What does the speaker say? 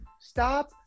Stop